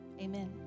Amen